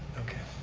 okay.